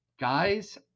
Guys